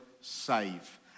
save